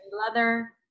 leather